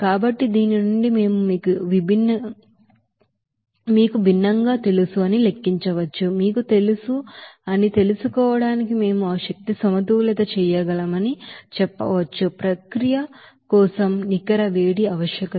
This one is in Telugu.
కాబట్టి దీని నుండి మేము మీకు భిన్నంగా తెలుసు అని లెక్కించవచ్చు మీకు తెలుసు అని తెలుసుకోవడానికి మేము ఆ ఎనర్జీ బాలన్స్ ను చేయగలమని చెప్పవచ్చు ప్రక్రియ కోసం నెట్ హీట్ ఆవశ్యకత